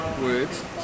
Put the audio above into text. words